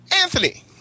Anthony